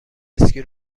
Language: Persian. اسکی